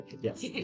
Yes